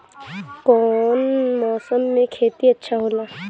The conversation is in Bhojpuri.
कौन मौसम मे खेती अच्छा होला?